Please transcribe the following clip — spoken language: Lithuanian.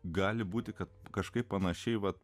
gali būti kad kažkaip panašiai vat